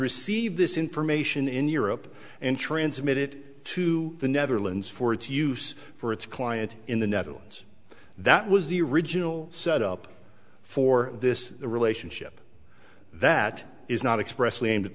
receive this information in europe and transmit it to the netherlands for its use for its client in the netherlands that was the original set up for this relationship that is not expressly aimed at